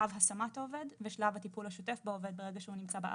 שלב השמת העובד ושלב הטיפול השוטף בעובד ברגע שהוא נמצא בארץ.